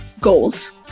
goals